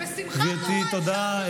גברתי, תודה.